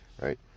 right